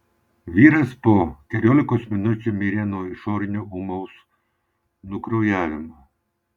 vyras po keliolikos minučių mirė nuo išorinio ūmaus nukraujavimo